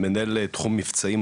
מנהל תחום מבצעים,